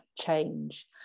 change